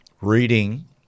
reading